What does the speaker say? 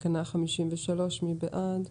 תקנה 53, מי בעד?